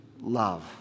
love